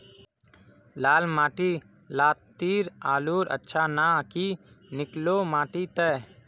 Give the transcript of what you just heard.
लाल माटी लात्तिर आलूर अच्छा ना की निकलो माटी त?